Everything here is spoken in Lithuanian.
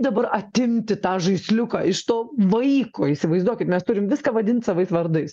dabar atimti tą žaisliuką iš to vaiko įsivaizduokit mes turim viską vadint savais vardais